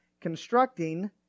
constructing